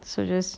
so just